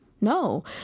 No